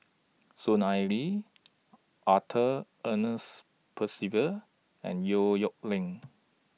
Soon Ai Ling Arthur Ernest Percival and Yong Nyuk Lin